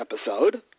episode